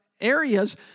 areas